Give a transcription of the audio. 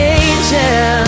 angel